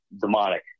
demonic